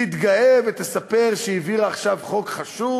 תתגאה ותספר שהיא העבירה עכשיו חוק חשוב,